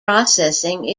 processing